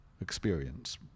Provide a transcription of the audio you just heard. experience